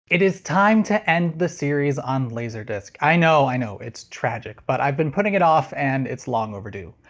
it is time to end the series on laserdisc. i know, i know, it's tragic, but i've been putting it off and and its long overdue.